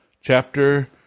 chapter